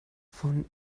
von